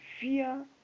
fear